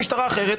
המשטרה אחרת,